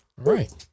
Right